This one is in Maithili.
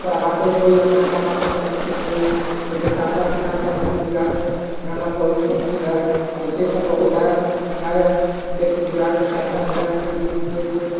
ओकरा बादे कोइ अपना गाना पसन्द करिके सुनी लेकिन शारदा सिन्हाके समझू बिहारमे गाना बहुत प्रसिद्ध हइ अइसे तऽ बहुत हइ गायक लेकिन बिहारमे शारदा सिन्हाके गीत जइसे